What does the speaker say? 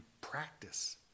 practice